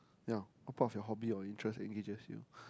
yeah what part of your hobby or interest engages you